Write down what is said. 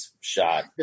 shot